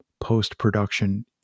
post-production